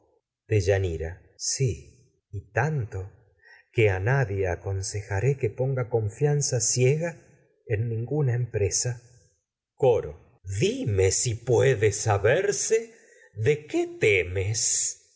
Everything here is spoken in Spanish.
deyanira sí y tanto que a nadie aconsejaré que ponga confianza ciega en ninguna empresa coro diine si puede saberse de qué temes